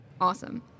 Awesome